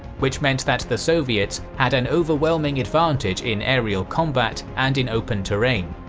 which meant that the soviets had an overwhelming advantage in aerial combat and in open terrain.